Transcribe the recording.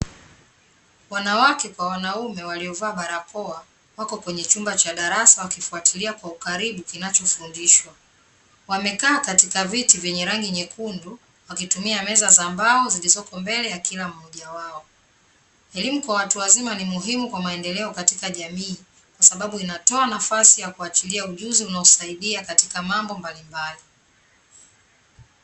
Wanawake na wanaume waliovaa barakoa wako kwenye chumba cha darasa wakifuatilia kwa ukaribu kinacho fundishwa, wamekaa katiaka viti vyenye rangi nyekundu wakitumia meza za mbao zilizoko mbele ya kila mmoja wao. Elimu kwa watu wazima ni muhimu kwa maendeleo katika jamii kwa sababu inatoa nafasi ya kuachilia ujuzi unaosaidia katika mambo mbalimbali.